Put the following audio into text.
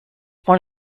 one